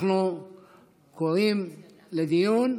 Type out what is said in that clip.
אנחנו קוראים לדיון,